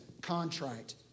contrite